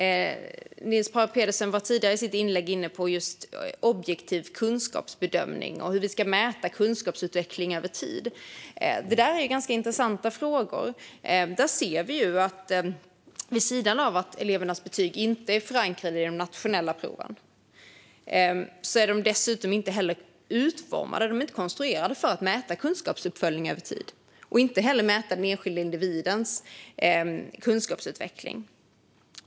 Niels Paarup-Petersen var tidigare inne på objektiv kunskapsbedömning och hur man ska mäta kunskapsutveckling över tid. Detta är ganska intressanta frågor. Elevernas betyg är inte förankrade i de nationella proven. De är inte konstruerade för att mäta kunskapsutveckling över tid och inte heller för att mäta den enskilda individens kunskapsutveckling.